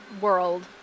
world